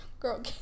girl